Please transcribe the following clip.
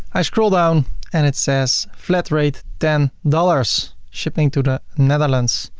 i scroll down and it says flat rate ten dollars, shipping to the netherlands.